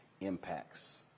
impacts